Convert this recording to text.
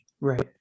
right